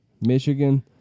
Michigan